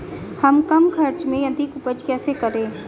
हम कम खर्च में अधिक उपज कैसे करें?